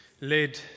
led